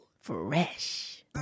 fresh